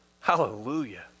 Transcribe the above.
Hallelujah